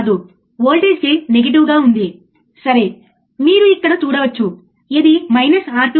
కాబట్టి బ్రెడ్బోర్డ్ ఉంది ఇక్కడ మీరు చూసినట్లయితే బ్రెడ్బోర్డ్ 3 రెసిస్టర్లు ఉన్నాయి సరియైనది